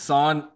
Son